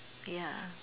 ya